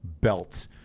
belt